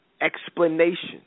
explanation